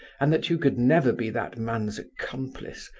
and that you could never be that man's accomplice.